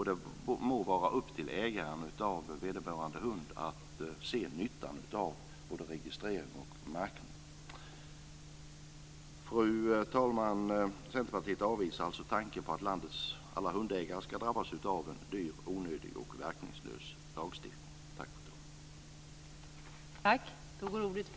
Det må vara upp till ägaren av vederbörande hund att se nyttan av både registrering och märkning. Fru talman! Centerpartiet avvisar tanken på att landets alla hundägare ska drabbas av en dyr, onödig och verkningslös lagstiftning. Tack, fru talman.